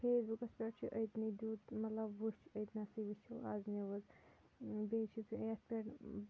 face بُکَس پٮ۪ٹھ چھُ أتۍنٕے دیُت مطلب وٕچھ أتۍنَسٕے وٕچھو آز نِوٕز بیٚیہِ چھُس یَتھ پٮ۪ٹھ